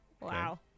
Wow